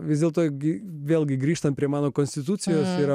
vis dėlto gi vėlgi grįžtam prie mano konstitucijos ir